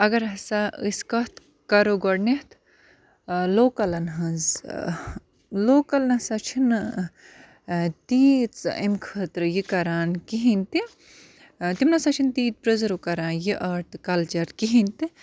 اَگَر ہَسا أسۍ کَتھ کَرو گۄڈنٮ۪تھ لوکَلَن ہٕنٛز لوکَل نَسا چھِنہٕ تیٖژ امہِ خٲطرٕ یہِ کَران کِہیٖنۍ تہِ تِم نَسا چھِنہٕ تیٖتۍ پِرٛزٔرٕو کَران یہِ آٹ تہٕ کَلچَر کِہیٖنۍ تہِ